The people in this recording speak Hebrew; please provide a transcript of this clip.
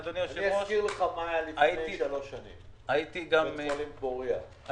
אזכיר לך מה היה לפני שלוש שנים עם בית חולים פוריה,